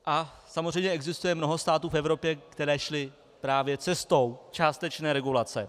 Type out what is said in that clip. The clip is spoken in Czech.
A samozřejmě existuje mnoho států v Evropě, které šly právě cestou částečné regulace.